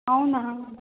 అవునా